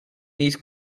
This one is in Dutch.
niet